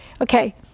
Okay